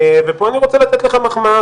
ופה אני רוצה לתת לך מחמאה,